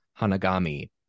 Hanagami